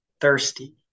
thirsty